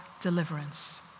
deliverance